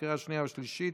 לקריאה שנייה ושלישית.